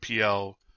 pl